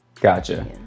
Gotcha